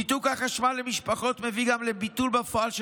ניתוק החשמל למשפחות מביא גם לביטול בפועל של